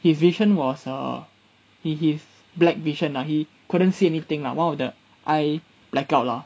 his vision was err he his black vision ah he couldn't see anything lah one of the eye black out lah